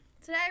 today